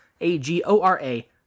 A-G-O-R-A